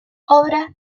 obra